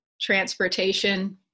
transportation